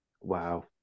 Wow